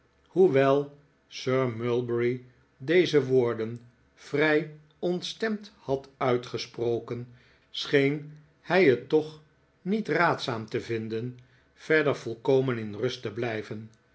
hoewel sir mulberry deze woorddn vrij ontstemd had uitgesproken scheen hij het toch niet raadzaam te vinden verder volkomen in rust te blijven